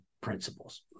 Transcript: principles